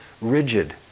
rigid